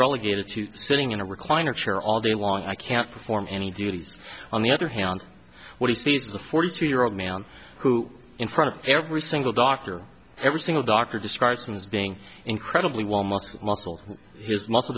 relegated to sitting in a recliner chair all day long i can't form any duties on the other hand what he sees is a forty two year old man who in front of every single doctor every single doctor describes him as being incredibly well most muscle his muscle